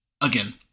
Again